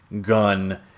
gun